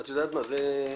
סעיף